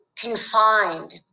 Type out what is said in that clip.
confined